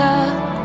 up